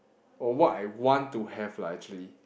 or what I want to have lah actually